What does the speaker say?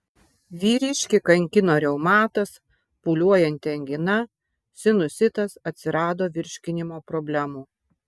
vyriškį kankino reumatas pūliuojanti angina sinusitas atsirado virškinimo problemų